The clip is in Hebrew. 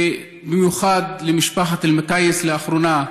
ובמיוחד על משפחת אלמקייס לאחרונה,